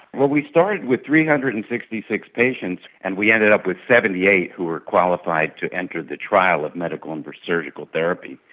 well, we started with three hundred and sixty six patients and we ended up with seventy eight who were qualified to enter the trial of medical and surgical therapy,